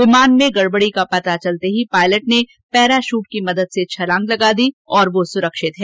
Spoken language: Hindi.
विमान में गडबडी का पता चलते ही पायलट ने पैराशूट की मदद से छलांग लगा दी जो सुरक्षित है